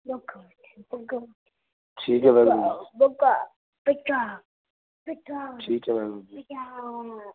ਠੀਕ ਹੈ ਵਾਹਿਗੁਰੂ ਜੀ ਠੀਕ ਹੈ ਵਾਹਿਗੁਰੂ ਜੀ